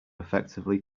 effectively